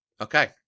Okay